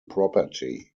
property